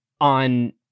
on